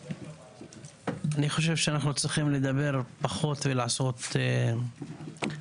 אני חושב שאנחנו צריכים לדבר פחות ולעשות הרבה.